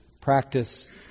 practice